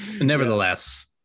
nevertheless